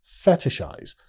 fetishize